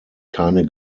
keine